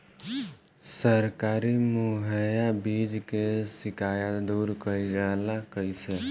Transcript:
सरकारी मुहैया बीज के शिकायत दूर कईल जाला कईसे?